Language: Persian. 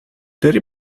داری